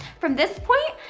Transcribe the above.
from this point,